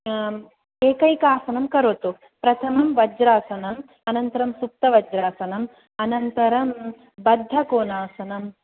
एकैक आसनं करोतु प्रथमं वज्रासनम् अनन्तरं सुप्तवज्रासनम् अनन्तरं बद्धकोनासनम्